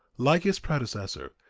like his predecessor,